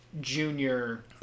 junior